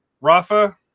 rafa